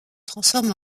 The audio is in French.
transforme